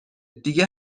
دیگه